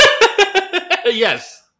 Yes